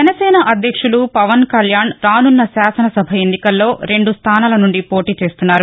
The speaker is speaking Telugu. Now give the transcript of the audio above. జనసేన అధ్యక్షులు పవన్ కళ్యాణ్ రానున్న శాసన సభ ఎన్నికల్లో రెండు స్టానాల నుండి పోటీ చేస్తున్నారు